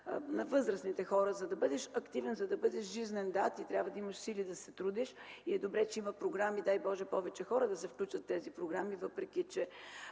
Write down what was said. на възрастните хората. За да бъдеш активен, за да бъдеш жизнен – да, ти трябва да имаш сили да се трудиш. Добре, че има програми и, дай Боже повече хора да се включат в тези програми, въпреки че